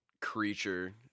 creature